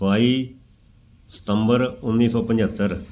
ਬਾਈ ਸਤੰਬਰ ਉੱਨੀ ਸੌ ਪੰਝੱਤਰ